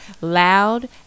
loud